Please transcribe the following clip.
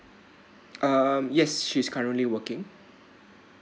um yes she's currently working